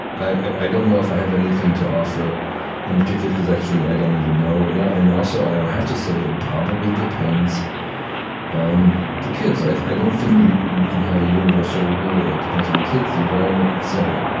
i don't know if i have anything to offer in particular, because actually, i don't even know right now. and also, i would have to say that it probably depends on the kids. i i don't think you can have a universal rule. it depends on the kids, the environment, et cetera